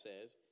says